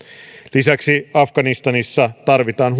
lisäksi afganistanissa tarvitaan